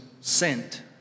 sent